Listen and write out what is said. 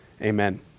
Amen